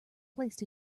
placed